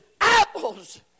apples